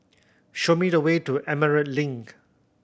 show me the way to Emerald Link